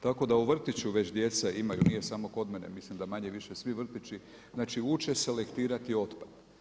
Tako da u vrtiću već djeca imaju, nije samo kod mene, mislim da manje-više svi vrtići, znači uče selektirati otpad.